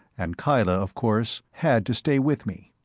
and kyla, of course, had to stay with me.